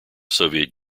soviet